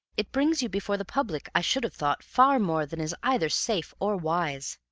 it brings you before the public, i should have thought, far more than is either safe or wise.